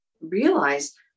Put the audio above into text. realize